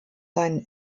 seinen